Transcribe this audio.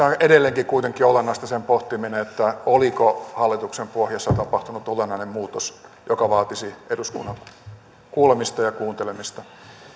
on edelleenkin kuitenkin olennaista sen pohtiminen oliko hallituksen pohjassa tapahtunut olennainen muutos joka vaatisi eduskunnan kuulemista ja kuuntelemista